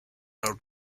out